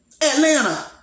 Atlanta